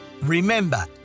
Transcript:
Remember